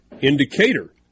Indicator